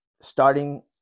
starting